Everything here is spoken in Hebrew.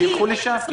שילכו לשם.